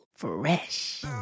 fresh